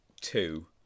two